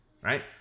right